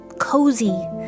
Cozy